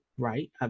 right